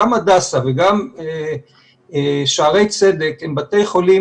גם הדסה וגם שערי צדק הם בתי חולים